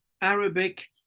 Arabic